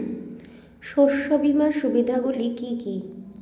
শস্য বিমার সুবিধাগুলি কি কি?